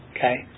Okay